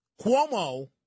Cuomo